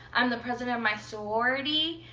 i'm the president of my sorority.